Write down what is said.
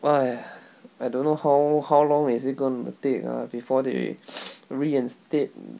!haiya! I don't know how how long is it going to take ah before they reinstate